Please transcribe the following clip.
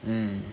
um